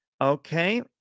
Okay